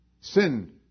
Sin